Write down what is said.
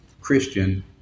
Christian